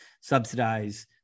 subsidize